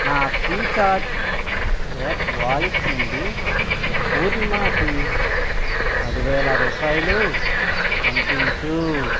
నా Freecharge app wallet నుండి పూర్ణిమకి పది వేల రూపాయలు పంపించు